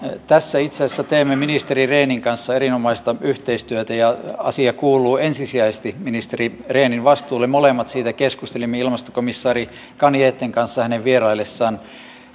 tässä itse asiassa teemme ministeri rehnin kanssa erinomaista yhteistyötä ja asia kuuluu ensisijaisesti ministeri rehnin vastuulle molemmat siitä keskustelimme ilmastokomissaari canjeten kanssa hänen vieraillessaan